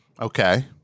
Okay